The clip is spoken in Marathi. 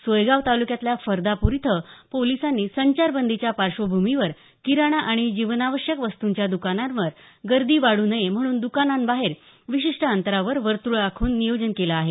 सोयगाव तालुक्यातल्या फर्दापूर इथं पोलिसांनी संचारबंदीच्या पार्श्वभूमीवर किराणा आणि जीवनावश्यक वस्तूंच्या दुकानांवर गर्दी वाढू नये म्हणून दुकांनाबाहेर विशिष्ट अंतरावर वर्तूळ आखून नियोजन आहे